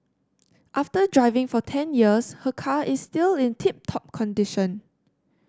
after driving for ten years her car is still in tip top condition